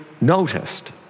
noticed